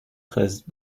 خواست